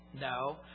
No